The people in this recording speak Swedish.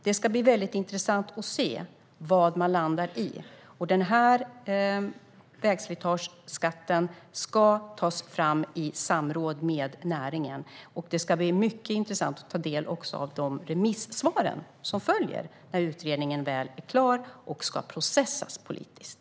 Det ska bli väldigt intressant att se vad utredningen landar i. Vägslitageskatten ska tas fram i samråd med näringen, och det ska bli mycket intressant att ta del även av de remissvar som följer när utredningen väl är klar och ska processas politiskt.